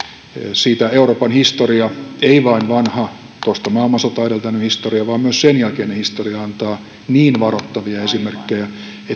siitä euroopan historia ei vain vanha toista maailmansotaa edeltänyt historia vaan myös sen jälkeinen historia antaa niin varottavia esimerkkejä että